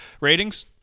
ratings